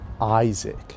Isaac